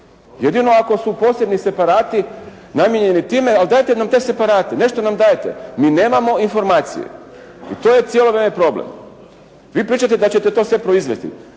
Jedino ako su posebni separati namijenjeni time, ali dajte nam te separate, nešto nam dajte. Mi nemamo informacije i to je cijelo vrijeme problem. Vi pričate da ćete to sve proizvesti.